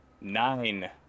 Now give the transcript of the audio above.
Nine